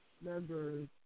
members